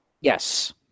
Yes